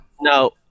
No